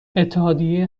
اتحادیه